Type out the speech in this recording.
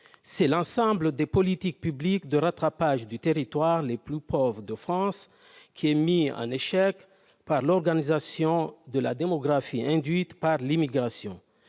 C'est l'ensemble des politiques publiques de rattrapage du territoire le plus pauvre de France qui est mis en échec par l'augmentation de la démographie induite par l'immigration.